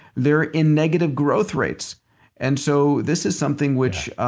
they're in negative growth rates and so this is something which.